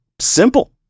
Simple